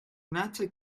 konata